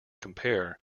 compare